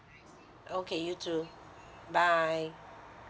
okay you too bye